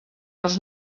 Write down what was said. els